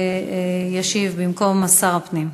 ישיב במקום שר הפנים.